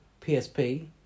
PSP